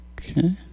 Okay